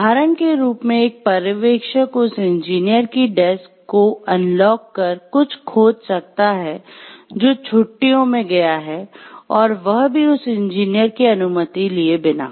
उदाहरण के रूप में एक पर्यवेक्षक उस इंजीनियर की डेस्क को अनलॉक कर कुछ खोज सकता है जो छुट्टियों में गया है और वह भी उस इंजीनियर की अनुमति लिए बिना